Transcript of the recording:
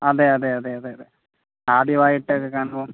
അതേ അതേ അതേ അതേ ആദ്യമായിട്ട് ഒക്കെ കാണുമ്പോൾ